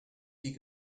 die